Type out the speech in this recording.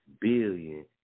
billion